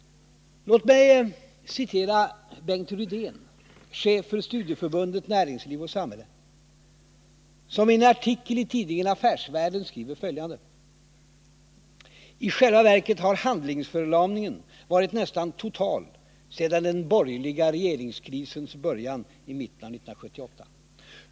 Låt mig citera Bengt Rydén, chef för Studieförbundet Näringsliv och samhälle, som i en artikel i tidningen Affärsvärlden skriver följande: ”——-—i själva verket har handlingsförlamningen varit nästan total ända sedan den borgerliga regeringskrisens början i mitten av 1978.